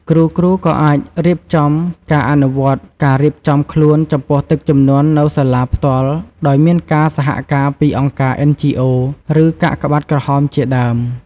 គ្រូៗក៏អាចរៀបចំការអនុវត្តការរៀបចំខ្លួនចំពោះទឹកជំនន់នៅសាលាផ្ទាល់ដោយមានការសហការពី អង្គការ NGO ឬ កាកបាទក្រហមជាដើម។